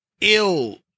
ill